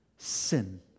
Sin